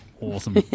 Awesome